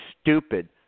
stupid